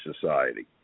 society